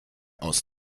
aus